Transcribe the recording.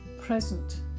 present